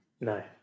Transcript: No